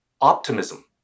optimism